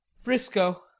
Frisco